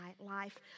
life